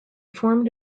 formed